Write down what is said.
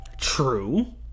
True